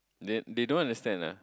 they they don't understand ah